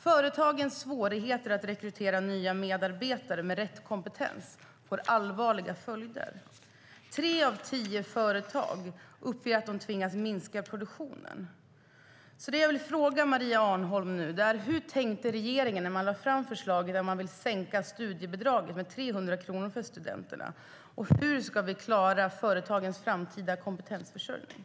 Företagens svårigheter att rekrytera nya medarbetare med rätt kompetens får allvarliga följder. Tre av tio företag uppger att de tvingats minska produktionen. Nu vill jag fråga Maria Arnholm: Hur tänkte regeringen när man lade fram förslaget att sänka studiebidraget med 300 kronor för studenterna, och hur ska vi klara företagens framtida kompetensförsörjning?